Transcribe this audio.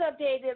updated